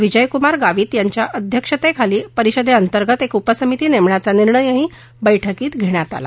विजयकुमार गावित यांच्या अध्यक्षतेखाली परिषदेअंतर्गत एक उपसमिती नेमण्याचा निर्णयही बैठकीत घेण्यात आला